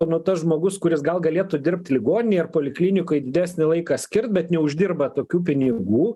nu tas žmogus kuris gal galėtų dirbt ligoninėj ar poliklinikoj didesnį laiką skirt bet neuždirba tokių pinigų